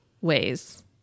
ways